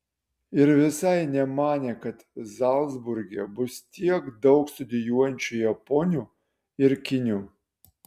ir visai nemanė kad zalcburge bus tiek daug studijuojančių japonių ir kinių